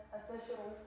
official